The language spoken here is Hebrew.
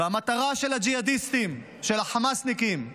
והמטרה של הג'יהאדיסטים, של החמאסניקים,